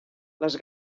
les